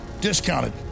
discounted